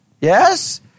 Yes